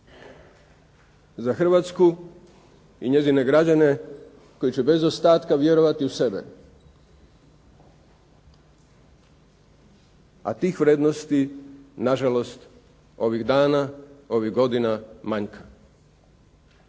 za Hrvatsku i njezine građane koji će bez ostatka vjerovati u sebe, a tih vrijednosti na žalost ovih dana, ovih godina manjka.